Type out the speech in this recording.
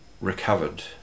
recovered